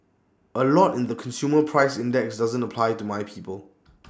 A lot in the consumer price index doesn't apply to my people